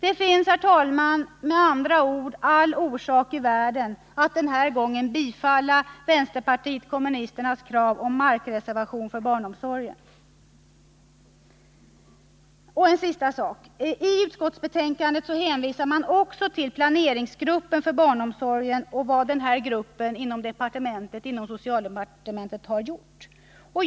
Det finns, herr talman, med andra ord all orsak i världen att denna gång bifalla vänsterpartiet kommunisternas krav om markreservation för barnomsorgen. Så en sista sak. I utskottsbetänkandet hänvisas också till planeringsgruppen för barnomsorg och vad denna grupp inom socialdepartementet har gjort.